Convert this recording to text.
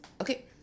Okay